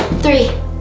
three.